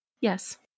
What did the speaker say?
Yes